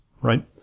right